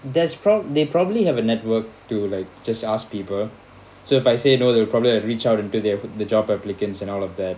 that's prob~ they probably have a network to like just ask people so if I say no they'll probably like reach out into the air the job applicants and all of that